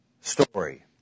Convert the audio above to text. story